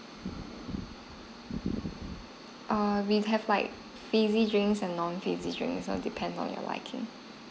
err we have like fizzy drinks and non fizzy drink on depend on your liking